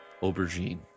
Aubergine